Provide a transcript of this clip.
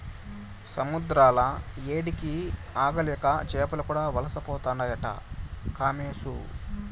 సముద్రాల ఏడికి ఆగలేక చేపలు కూడా వలసపోతుండాయి కామోసు